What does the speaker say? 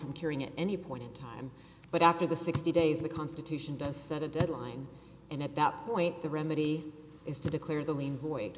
from curing it any point in time but after the sixty days the constitution does set a deadline and at that point the remedy is to declare the lien void